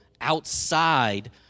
outside